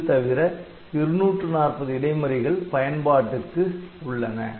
இது தவிர 240 இடை மறிகள் பயன்பாட்டுக்கு உள்ளன